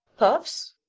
puffs?